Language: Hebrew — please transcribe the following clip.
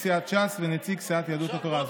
נציג סיעת ש"ס ונציג סיעת יהדות התורה.